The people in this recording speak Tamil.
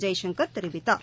ஜெய்சங்கர் தெரிவிக்கார்